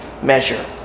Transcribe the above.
Measure